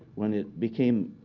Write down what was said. when it became